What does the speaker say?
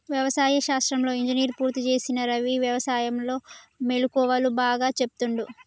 వ్యవసాయ శాస్త్రంలో ఇంజనీర్ పూర్తి చేసిన రవి వ్యసాయం లో మెళుకువలు బాగా చెపుతుండు